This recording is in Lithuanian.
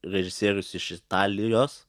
režisierius iš italijos